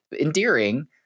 endearing